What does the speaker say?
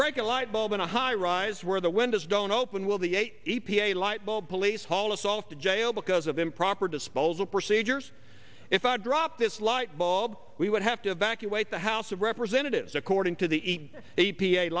break a light bulb in a high rise where the windows don't open will the eight e p a light bulb police haul us off to jail because of improper disposal procedures if i drop this lightbulb we would have to evacuate the house of representatives according to the a